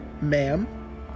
Ma'am